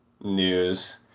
news